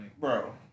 bro